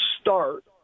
start